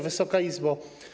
Wysoka Izbo!